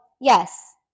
yes